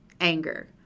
Anger